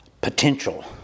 potential